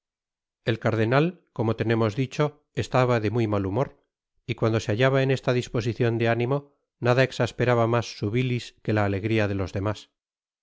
el cardenal como tenemos dicho estaba de muy mal humor y cuando se hallaba en esta disposicion de ánimo nada exasperaba mas su bilis que la alegria de los demás